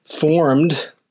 formed